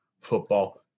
football